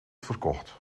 verkocht